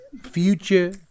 future